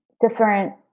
different